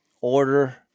order